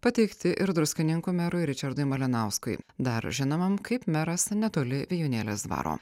pateikti ir druskininkų merui ričardui malinauskui dar žinomam kaip meras netoli vijūnėlės dvaro